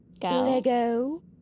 Go